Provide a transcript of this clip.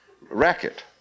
racket